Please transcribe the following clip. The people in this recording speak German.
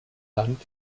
land